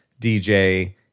DJ